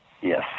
Yes